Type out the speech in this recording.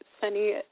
sunny